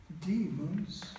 demons